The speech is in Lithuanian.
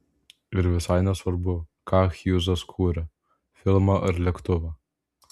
ir visai nesvarbu ką hjūzas kuria filmą ar lėktuvą